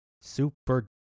super